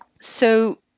So-